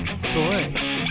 sports